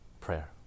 prayer